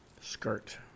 skirt